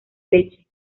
leche